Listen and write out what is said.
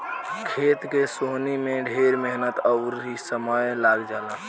खेत के सोहनी में ढेर मेहनत अउर समय लाग जला